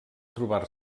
trobar